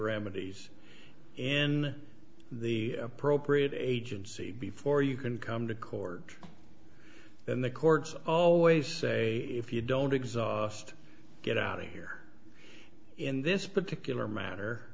remedies in the appropriate agency before you can come to court then the courts always say if you don't exhaust get out of here in this particular matter